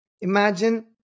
Imagine